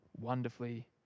wonderfully